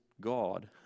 god